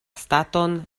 staton